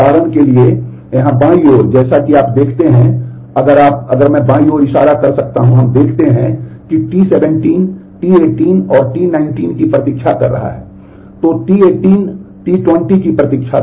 उदाहरण के लिए यहां बाईं ओर जैसा कि आप देखते हैं कि अगर आप अगर मैं बाईं ओर इशारा कर सकता हूं अगर हम देखते हैं कि T17 T18 और T19 की प्रतीक्षा कर रहा है तो T18 T20 की प्रतीक्षा कर रहा है